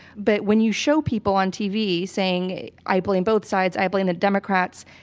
but when you show people on tv saying, i blame both sides i blame the democrats,